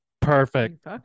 perfect